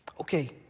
Okay